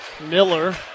Miller